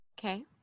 Okay